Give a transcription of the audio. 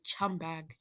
Chumbag